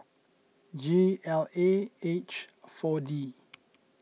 G L A H four D